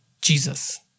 Jesus